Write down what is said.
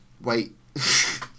wait